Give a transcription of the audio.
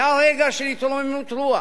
היה רגע של התרוממות רוח.